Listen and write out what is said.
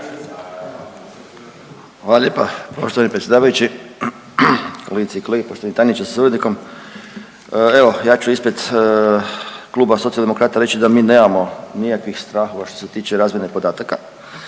Hvala lijepa poštovani predsjedavajući, kolegice i kolege, poštovani tajniče sa suradnikom. Evo ja ću ispred kluba Socijaldemokrata reći da mi nemamo nikakvih strahova što se tiče razmjene podataka